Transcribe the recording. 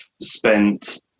spent